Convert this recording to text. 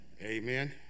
Amen